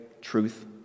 truth